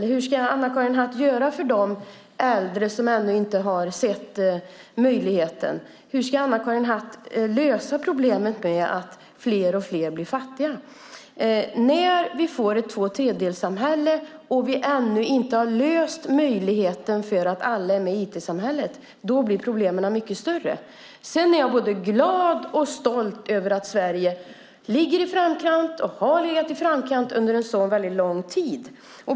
Hur ska Anna-Karin Hatt göra med de äldre som ännu inte har insett möjligheten? Hur ska Anna-Karin Hatt lösa problemet med att fler och fler blir fattiga? När vi får ett tvåtredjedelssamhälle och vi ännu inte har en lösning så att alla kan vara med i IT-samhället blir problemet mycket större. Sedan är jag både glad och stolt över att Sverige ligger i framkant, och har legat i framkant under väldigt lång tid.